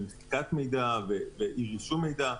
של מחיקת מידע ואי-רישום מידע.